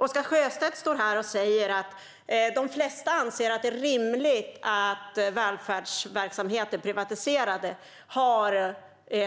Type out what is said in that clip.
Oscar Sjöstedt säger att de flesta anser att det är rimligt att den privata välfärdsverksamheten har